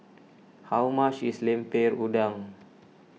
how much is Lemper Udang